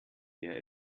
der